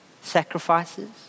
Sacrifices